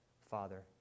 Father